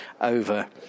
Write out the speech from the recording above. over